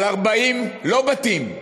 על 40, לא בתים,